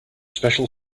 special